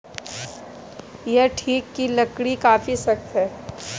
यह टीक की लकड़ी काफी सख्त है